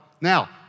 Now